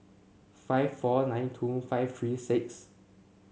five four nine two five three six